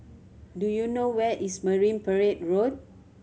do you know where is Marine Parade Road